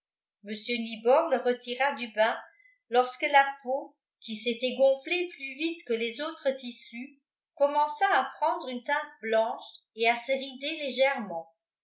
nibor le retira du bain lorsque la peau qui s'était gonflée plus vite que les autres tissus commença à prendre une teinte blanche et à se rider légèrement